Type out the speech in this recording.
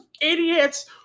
idiots